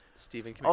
Stephen